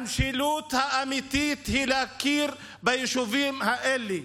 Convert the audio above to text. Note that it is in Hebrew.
המשילות האמיתית היא להכיר ביישובים האלה.